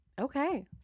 Okay